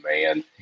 man